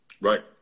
right